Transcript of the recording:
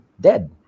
dead